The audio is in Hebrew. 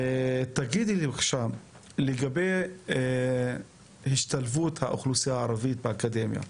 אשמח לשמוע ממך לגבי השתלבות האוכלוסייה הערבית באקדמיה,